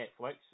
Netflix